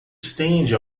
estende